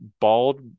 bald